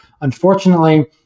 Unfortunately